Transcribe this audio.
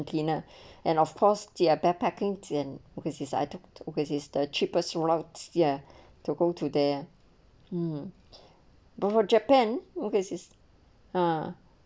beginner and of course they are backpacking and because this item which is the cheapest solo ya to go to there mm but her japan because is a